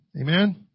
Amen